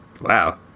wow